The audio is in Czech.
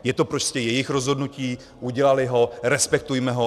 Je to prostě jejich rozhodnutí, udělali ho, respektujme ho.